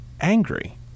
angry